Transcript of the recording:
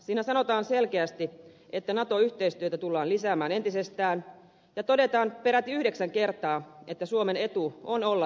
siinä sanotaan selkeästi että nato yhteistyötä tullaan lisäämään entisestään ja todetaan peräti yhdeksän kertaa että suomen etu on olla naton jäsen